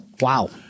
Wow